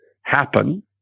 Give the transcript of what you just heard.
happen